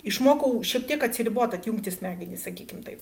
išmokau šiek tiek atsiribot atjungti smegenis sakykim taip